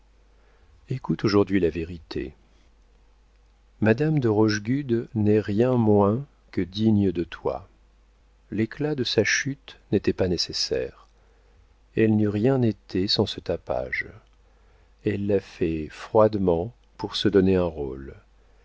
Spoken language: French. écoute aujourd'hui la vérité madame de rochegude n'est rien moins que digne de toi l'éclat de sa chute n'était pas nécessaire elle n'eût rien été sans ce tapage elle l'a fait froidement pour se donner un rôle